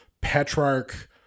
Petrarch